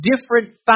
different